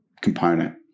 component